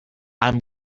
i’m